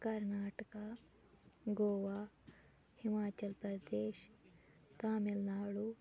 Karnataka Goa Himachal Pradesh Tamil Nadu